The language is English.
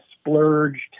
splurged